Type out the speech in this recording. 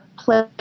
play